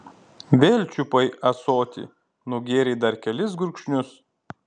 vėl čiupai ąsotį nugėrei dar kelis gurkšnius